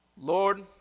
lord